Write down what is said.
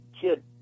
kid